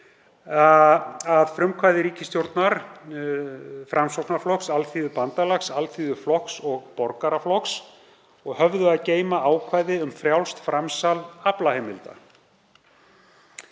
að frumkvæði ríkisstjórnar Framsóknarflokks, Alþýðubandalags, Alþýðuflokks og Borgaraflokks og höfðu að geyma ákvæði um frjálst framsal aflaheimilda.